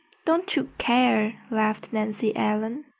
don't you care, laughed nancy ellen.